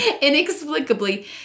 Inexplicably